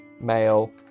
male